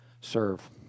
serve